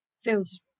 feels